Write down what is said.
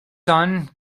son